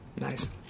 Nice